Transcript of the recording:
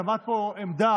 את הבעת פה עמדה,